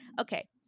okay